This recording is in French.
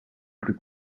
plus